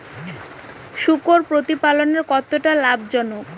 শূকর প্রতিপালনের কতটা লাভজনক?